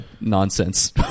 nonsense